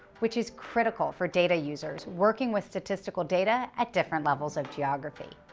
which is critical for data users working with statistical data at different levels of geography.